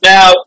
Now